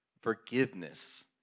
forgiveness